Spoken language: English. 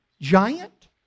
giant